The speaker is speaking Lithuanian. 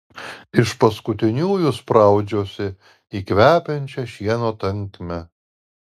iš paskutiniųjų spraudžiuosi į kvepiančią šieno tankmę